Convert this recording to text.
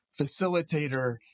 facilitator